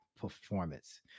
performance